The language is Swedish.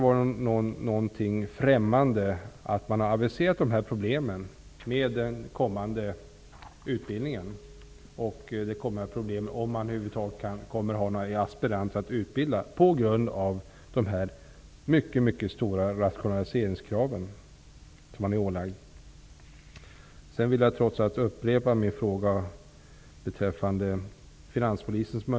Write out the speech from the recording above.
Att man aviserat problemen med den kommande utbildningen -- om man nu över huvud taget kommer att ha några aspiranter att utbilda på grund av de här mycket stora rationaliseringskraven som man ålagts -- kan inte vara något främmande.